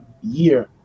year